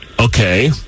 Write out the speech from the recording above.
Okay